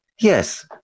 yes